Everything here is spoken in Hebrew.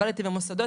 עבדתי במוסדות,